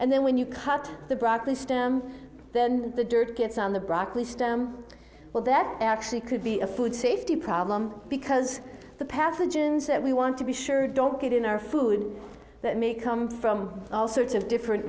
and then when you cut the broccoli then the dirt gets on the broccoli stem well that actually could be a food safety problem because the pathogens that we want to be sure don't get in our food that may come from all sorts of different